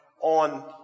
on